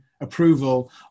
approval